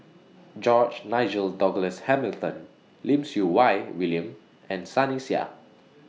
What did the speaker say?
George Nigel Douglas Hamilton Lim Siew Wai William and Sunny Sia